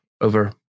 over